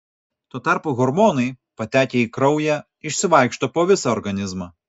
tuo tarpu hormonai patekę į kraują išsivaikšto po visą organizmą